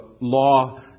law